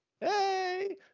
Hey